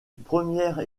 première